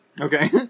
Okay